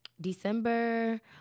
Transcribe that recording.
December